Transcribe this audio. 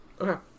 Okay